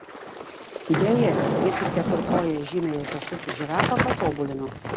beje jis ir keturkoję žymiąją kęstučio žirafą patobulino